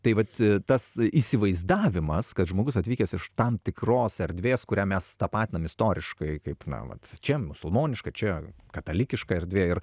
tai vat tas įsivaizdavimas kad žmogus atvykęs iš tam tikros erdvės kurią mes tapatinam istoriškai kaip na vat čia musulmoniška čia katalikiška erdvė ir